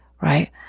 right